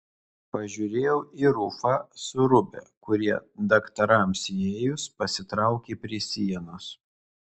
pažiūrėjau į rufą su rūbe kurie daktarams įėjus pasitraukė prie sienos